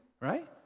Right